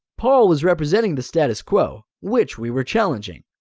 paul was representing the status quo, which we were challenging.